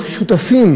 היו שותפים